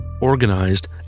organized